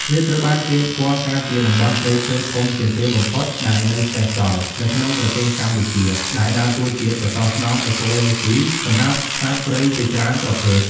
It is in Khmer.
វាត្រូវបានគេស្គាល់ថាជា តំបន់ព្រៃឈើធំជាងគេបំផុតដែលនៅសេសសល់ នៅក្នុងប្រទេសកម្ពុជា ដែលដើរតួជាសសរស្តម្ភអេកូឡូស៊ីសម្រាប់សត្វព្រៃជាច្រើនប្រភេទ។